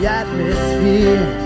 atmosphere